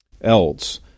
else